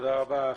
תודה רבה.